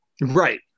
Right